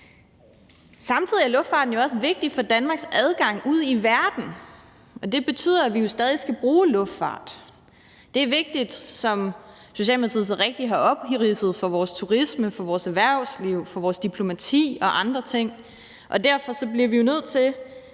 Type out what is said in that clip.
Samtidig er luftfarten jo også vigtig for Danmarks adgang ud i verden, og det betyder, at vi stadig skal bruge luftfart. Det er vigtigt, som Socialdemokratiet så rigtigt har opridset, for vores turisme, for vores erhvervsliv, for vores diplomati og andre ting, og derfor bliver vi nødt til